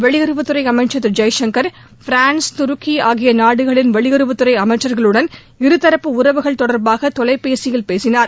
வெளியுறவுத் துறை அமைச்சர் திரு ஜெய்சங்கர் பிரான்ஸ் துருக்கி ஆகிய நாடுகளின் வெளியுறவுத் துறை அமைச்ச்களுடன் இருதரப்பு உறவுகள் தொடர்பாக தொலைபேசியில் பேசினார்